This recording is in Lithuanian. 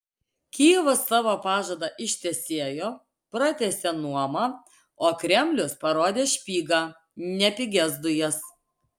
kijevas savo pažadą ištesėjo pratęsė nuomą o kremlius parodė špygą ne pigias dujas